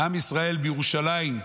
עם ישראל בירושלים.